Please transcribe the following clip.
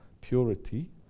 purity